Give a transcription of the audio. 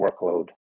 workload